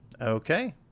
Okay